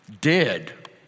Dead